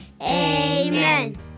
Amen